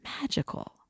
magical